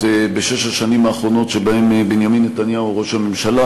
בשש השנים האחרונות שבהן בנימין נתניהו ראש הממשלה,